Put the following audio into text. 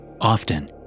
Often